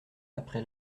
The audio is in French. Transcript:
après